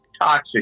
Toxic